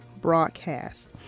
Broadcast